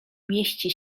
mieści